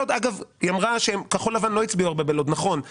היא אמרה שלכחול לבן לא הצביעו הרבה בלוד,